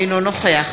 אינו נוכח